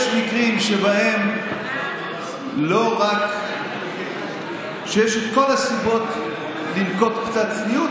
יש מקרים שבהם לא רק שיש את כל הסיבות לנקוט קצת צניעות,